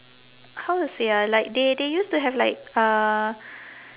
how to say ah like they they used to have like uh